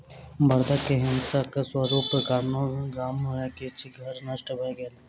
बड़दक हिंसक स्वरूपक कारणेँ गाम में किछ घर नष्ट भ गेल